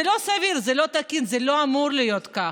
זה לא סביר, זה לא תקין, זה לא אמור להיות כך.